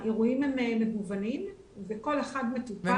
האירועים הם מגוונים וכל אחד מטופל.